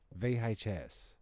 vhs